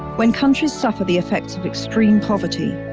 when countries suffer the effects of extreme poverty,